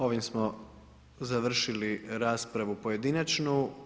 Ovime smo završili raspravu pojedinačnu.